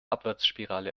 abwärtsspirale